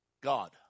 God